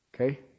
Okay